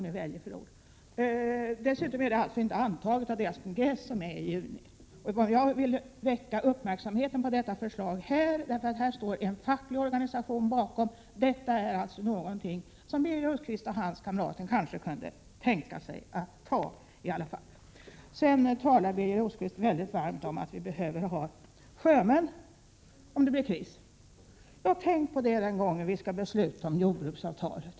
Dessutom är programmet inte antaget av förbundets kongress, som skall hållas i juni. Men jag ville fästa uppmärksamheten på detta förslag här, eftersom en facklig organisation står bakom. Detta är alltså någonting som Birger Rosqvist och hans kamrater kanske kunde tänka sig att ta fasta på. Birger Rosqvist talar varmt för att vi behöver ha sjömän, om det blir kris. Ja, tänk på det den gången vi skall besluta om jordbruksavtalet!